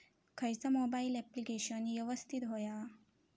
खयचा mobile application यवस्तित होया?